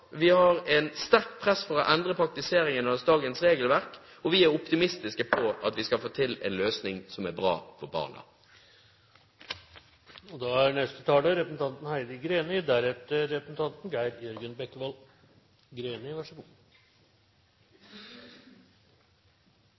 vi har et sterkt press for å endre praktiseringen av dagens regelverk, og vi er optimistiske med tanke på at vi skal få til en løsning som er bra for barna. Senterpartiet vil ha en innvandrings- og